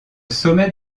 sommet